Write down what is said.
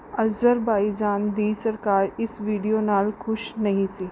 Azerbaijan ਦੀ ਸਰਕਾਰ ਇਸ ਵੀਡੀਓ ਨਾਲ ਖ਼ੁਸ਼ ਨਹੀਂ ਸੀ